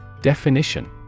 Definition